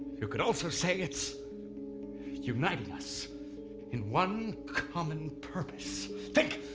you could also say it's uniting us in one common purpose. think!